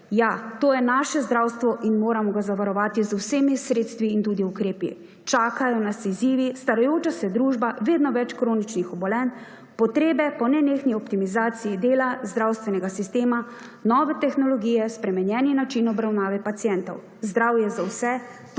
Ja, to je naše zdravstvo in moramo ga zavarovati z vsemi sredstvi in ukrepi. Čakajo nas izzivi, starajoča se družba, vedno več kroničnih obolenj, potrebe po nenehni optimizaciji dela, zdravstvenega sistema, nove tehnologije, spremenjeni načini obravnave pacientov. Zdravje za vse,